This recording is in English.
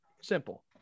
Simple